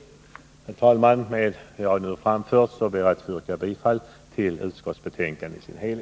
Herr talman! Med vad jag nu framfört ber jag att få yrka bifall till